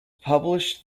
published